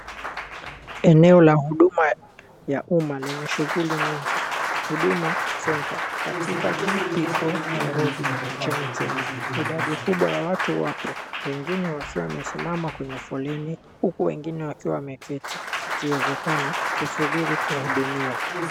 Eneo la huduma ya uma lenye shuhuli nyingi huduma center katika JPO Nairobi nchini Kenya. Idadi kubwa ya watu wapo wengine